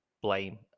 blame